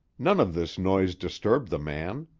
none of this noise disturbed the man.